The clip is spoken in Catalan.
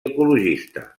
ecologista